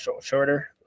shorter